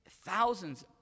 thousands